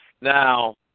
Now